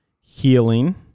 healing